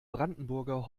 brandenburger